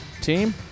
team